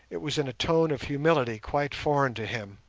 it was in a tone of humility quite foreign to him.